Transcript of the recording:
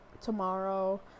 Tomorrow